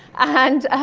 and